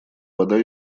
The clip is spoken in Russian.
вода